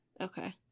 Okay